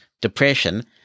depression